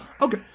Okay